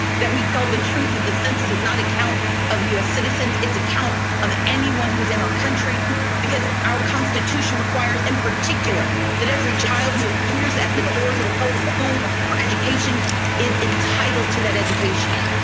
that we tell the truth that the census is not a count of u s. citizens. it's a count of anyone who is in our country because our constitution requires in particular that every child who hears at the doors of a public school for education is entitled to that education.